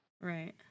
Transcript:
Right